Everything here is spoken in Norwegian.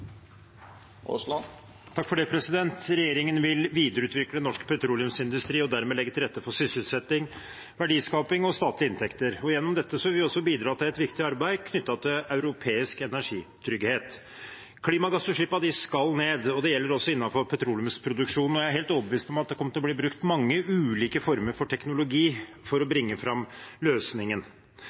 sysselsetting, verdiskaping og statlige inntekter. Gjennom dette vil vi også bidra til et viktig arbeid knyttet til europeisk energitrygghet. Klimagassutslippene skal ned, og det gjelder også innenfor petroleumsproduksjonen. Jeg er helt overbevist om at det kommer til å bli brukt mange ulike former for teknologi for å bringe fram løsningen.